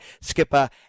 skipper